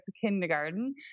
kindergarten